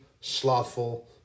slothful